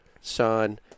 son